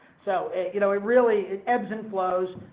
so, you know it really, it ebbs and flows.